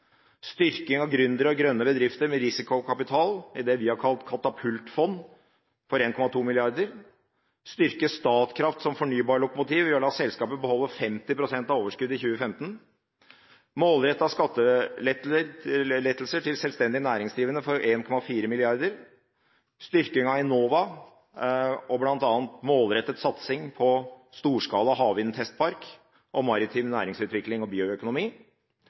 styrking av gründere og grønne bedrifter med risikokapital – i det vi har kalt katapultfond – for 1,2 mrd. kr, å styrke Statkraft som fornybart lokomotiv ved å la selskapet beholde 50 pst. av overskuddet i 2015, målrettede skattelettelser for selvstendig næringsdrivende for 1,4 mrd. kr, styrking av Enova og bl.a. målrettet satsing på storskala havvindtestpark og maritim næringsutvikling og bioøkonomi,